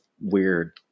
weird